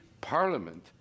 parliament